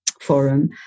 forum